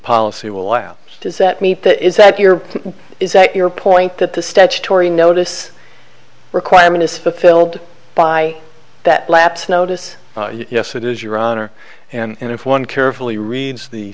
policy will allow does that mean that is that your is that your point that the statutory notice requirement is fulfilled by that lapse notice yes it is your honor and if one carefully reads the